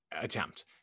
attempt